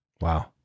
wow